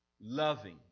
loving